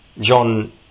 John